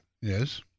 Yes